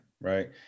right